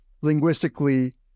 linguistically